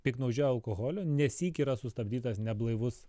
piktnaudžiauja alkoholiu ne sykį yra sustabdytas neblaivus